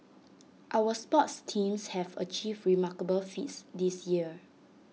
our sports teams have achieved remarkable feats this year